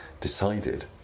decided